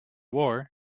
war